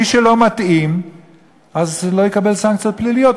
ומי שלא מתאים לא יקבל סנקציות פליליות,